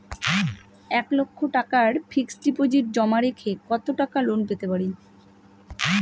এক লক্ষ টাকার ফিক্সড ডিপোজিট জমা রেখে কত টাকা লোন পেতে পারি?